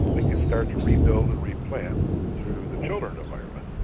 we could start to rebuild and replant through the children of ireland,